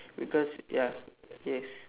because ya yes